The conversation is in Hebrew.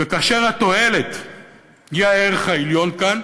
וכאשר התועלת היא הערך העליון כאן